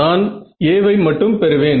நான் a வை மட்டும் பெறுவேன்